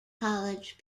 college